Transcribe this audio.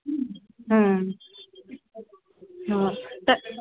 हुँ हुँ तऽ